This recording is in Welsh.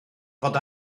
fod